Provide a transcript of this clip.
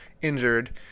injured